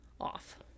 off